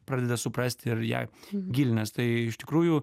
pradeda suprasti ir į ją gilinas tai iš tikrųjų